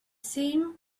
seam